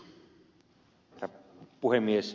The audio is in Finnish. herra puhemies